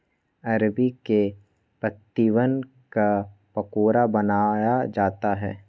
अरबी के पत्तिवन क पकोड़ा बनाया जाता है